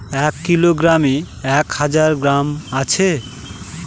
এক কিলোগ্রামে এক হাজার গ্রাম আছে